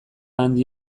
handi